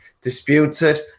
disputed